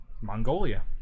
Mongolia